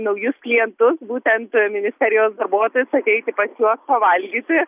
naujus klientus būtent ministerijos darbuotojus ateiti pas juos pavalgyti